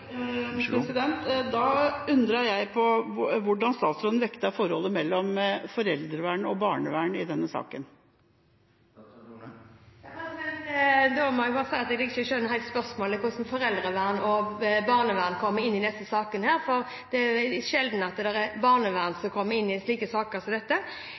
saker. Da undrer jeg på hvordan statsråden vekter forholdet mellom foreldrevern og barnevern i denne saken. Da må jeg bare si at jeg ikke skjønner helt hvordan foreldrevern og barnevern kommer inn i disse sakene, for det er sjelden barnevernet kommer inn i slike saker som dette.